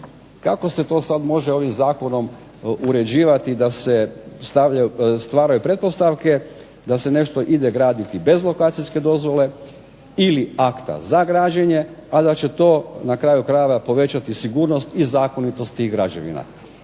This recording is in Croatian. Kako se sada to može ovim zakonom uređivati da se stvaraju pretpostavke, da se nešto ide graditi bez građevinske dozvole ili akta za građenje, a da će to na kraju krajeva povećati sigurnost i zakonitost tih građevina.